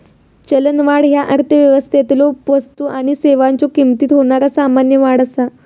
चलनवाढ ह्या अर्थव्यवस्थेतलो वस्तू आणि सेवांच्यो किमतीत होणारा सामान्य वाढ असा